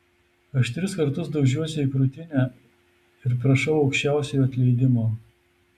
aš tris kartus daužiuosi į krūtinę ir prašau aukščiausiojo atleidimo